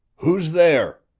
who's there?